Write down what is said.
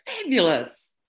fabulous